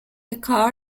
کار